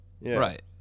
Right